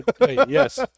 Yes